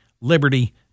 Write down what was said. Liberty